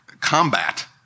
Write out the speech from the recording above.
combat